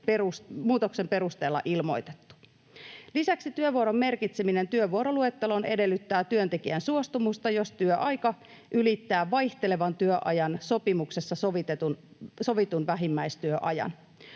muutoksen perusteella ilmoitettu. Lisäksi työvuoron merkitseminen työvuoroluetteloon edellyttää työntekijän suostumusta, jos työaika ylittää vaihtelevan työajan sopimuksessa sovitun vähimmäistyöajan.